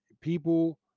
People